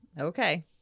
Okay